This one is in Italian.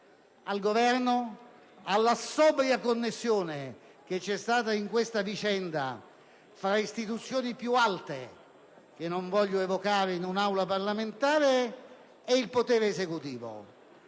al Governo, alla sobria connessione che c'è stata in questa vicenda fra istituzioni più alte - che non voglio evocare in un'Aula parlamentare - ed il potere esecutivo.